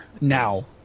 now